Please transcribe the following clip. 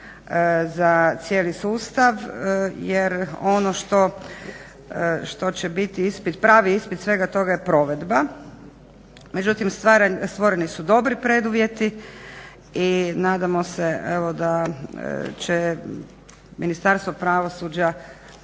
za cijeli sustav, jer ono što će biti ispit, pravi ispit svega toga je provedba. Međutim, stvoreni su dobri preduvjeti i nadamo se evo da će Ministarstvo pravosuđa